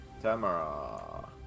Tamara